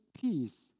peace